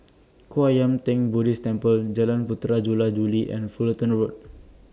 Kwan Yam Theng Buddhist Temple Jalan Puteri Jula Juli and Fullerton Road